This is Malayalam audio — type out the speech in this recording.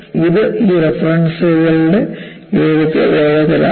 ഇത് ഈ റഫറൻസുകളുടെ എഴുത്ത് വേഗത്തിലാക്കും